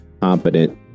competent